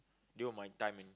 devote my time and